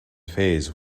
phase